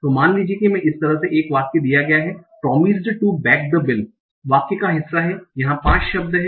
तो मान लीजिए कि मैं इस तरह से एक वाक्य दिया गया है promised to back the bill वाक्य का हिस्सा है यहां 5 शब्द हैं